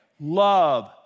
Love